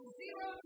zero